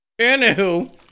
Anywho